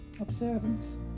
observance